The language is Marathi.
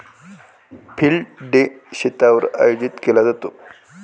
फील्ड डे शेतावर आयोजित केला जातो